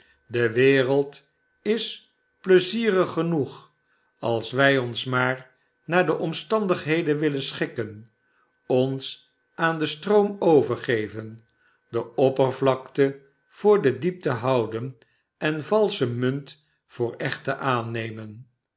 de wereld is pleizierig genoeg als wij ons maar naar de omstandigheden willen schikken ons aan den stroom overgeven de oppervlakte voor de diepte houden en valsche munt voor echte aannemen